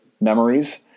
memories